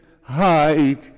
hide